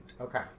Okay